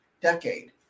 decade